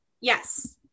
Yes